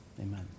Amen